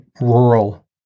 rural